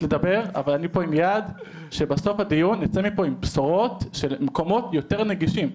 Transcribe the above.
אז אני פה עם יעד שבסוף הדיון נצא מפה עם בשורות על מקומות יותר נגישים.